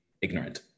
ignorant